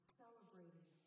celebrating